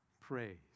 praise